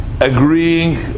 agreeing